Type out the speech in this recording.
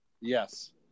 Yes